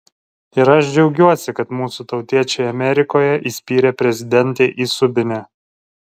ir aš džiaugiuosi kad mūsų tautiečiai amerikoje įspyrė prezidentei į subinę